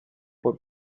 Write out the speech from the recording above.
por